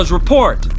report